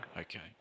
okay